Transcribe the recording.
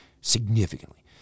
significantly